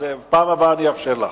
בפעם הבאה אני אאפשר לך.